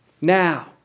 Now